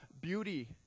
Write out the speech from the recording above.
beauty